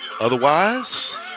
otherwise